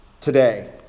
today